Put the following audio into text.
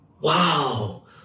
Wow